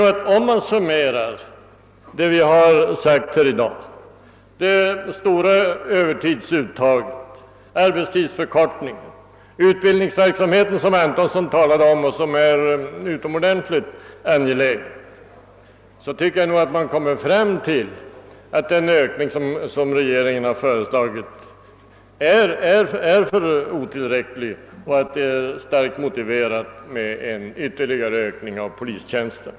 Men om man summerar vad som diskuterats här i dag: det stora övertidsuttaget, arbetstidsförkortningen och utbildningsverksamheten — som herr Antonsson talade om och som är utomordentligt angelägen — tycker jag att man kommer fram till att den av regeringen föreslagna ökningen är otillräcklig och att det är starkt motiverat med en ytterligare ökning av polistjänsterna.